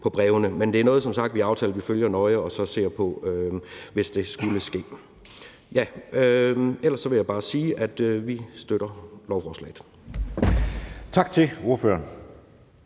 på brevene. Men det er noget, vi som sagt har aftalt at vi følger nøje, og så ser vi på det, hvis det skulle ske. Ellers vil jeg bare sige, at vi støtter lovforslaget. Kl. 11:10 Anden